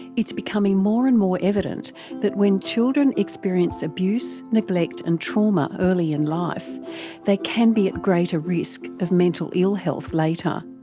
it's becoming more and more evident that when children experience abuse, neglect and trauma early in life they can be at greater risk of mental ill health later,